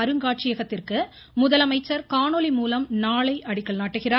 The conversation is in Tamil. அருங்காட்சியகத்திற்கு முதலமைச்சர் காணொலிகாட்சி மூலம் நாளை அடிக்கல் நாட்டுகிறார்